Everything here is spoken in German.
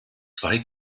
zwei